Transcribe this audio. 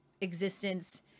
existence